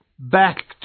Back